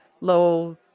low